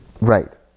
Right